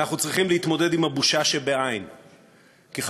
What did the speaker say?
אנחנו צריכים להתמודד עם הבושה שבאין כי,